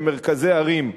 במרכזי ערים,